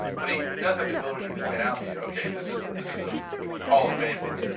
but he he does have the ability to point out to you, okay, this is this is a hall of fame one,